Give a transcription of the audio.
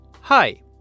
hi